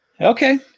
okay